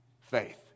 faith